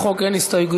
לחוק אין הסתייגויות.